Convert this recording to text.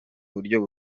buryo